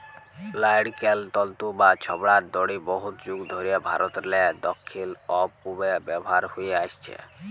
লাইড়কেল তল্তু বা ছবড়ার দড়ি বহুত যুগ ধইরে ভারতেরলে দখ্খিল অ পূবে ব্যাভার হঁয়ে আইসছে